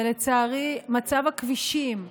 לצערי מצב הכבישים בנגב,